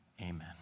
amen